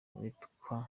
witwa